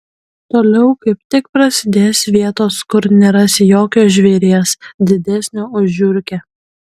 toliau kaip tik prasidės vietos kur nerasi jokio žvėries didesnio už žiurkę